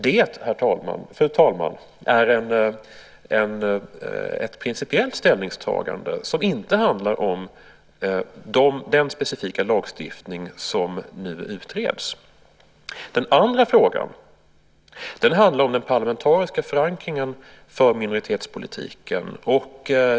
Det, fru talman, är ett principiellt ställningstagande, som inte handlar om den specifika lagstiftning som nu utreds. Den andra frågan handlar om den parlamentariska förankringen för minoritetspolitiken.